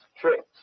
tricks